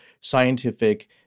scientific